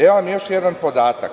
Evo vam još jedan podatak.